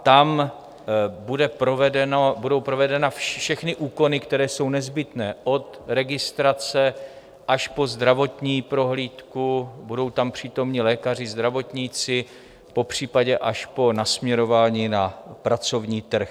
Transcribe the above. Tam budou provedeny všechny úkony, které jsou nezbytné, od registrace až po zdravotní prohlídku budou tam přítomni lékaři, zdravotníci popřípadě až po nasměrování na pracovní trh.